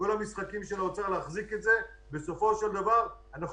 כל המשחקים של משרד האוצר להחזיק את זה בסופו של דבר אנחנו